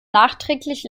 nachträglich